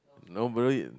nobody